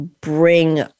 bring